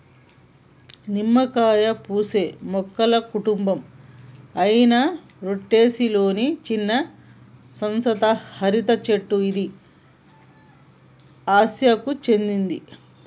నిమ్మకాయ పూసే మొక్కల కుటుంబం అయిన రుటెసి లొని చిన్న సతత హరిత చెట్ల ఇది ఆసియాకు చెందింది